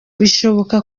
birashoboka